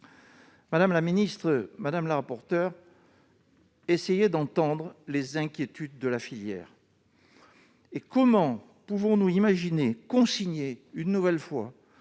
Madame la ministre, madame la rapporteure, essayez d'entendre les inquiétudes de la filière. Comment pouvons-nous imaginer consigner une nouvelle fois